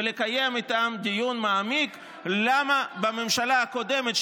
ולקיים איתם דיון מעמיק על למה בממשלה הקודמת,